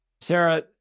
Sarah